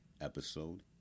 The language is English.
episode